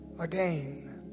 again